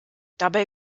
dabei